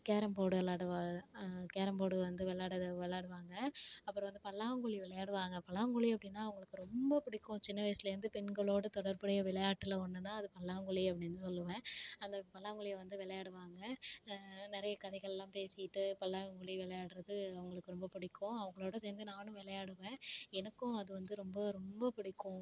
carrom board விளாடுவா carrom board வந்து வெளாடு அது விளாடுவாங்க அப்புறோம் இந்த பல்லாங்குழி விளையாடுவா ங்க பல்லாங்குழி அப்டின்னா அவங்களுக்கு ரொம்ப பிடிக்கும் சின்ன வயசுலேருந்து பெண்களோட தொடர்புடைய விளையாட்டில் ஒன்றுன்னா அது பல்லாங்குழி அப்படின்னு சொல்லுவேன் அந்த பல்லாங்குழிய வந்து விளையாடுவாங்கள் நிறைய கதைகள்லாம் பேசிட்டு பல்லாங்குழி விளையாட்றது அவங்களுக்கு ரொம்ப பிடிக்கும் அவங்களோட சேர்ந்து நானும் விளையாடுவேன் எனக்கும் அது வந்து ரொம்ப ரொம்ப பிடிக்கும்